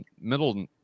middle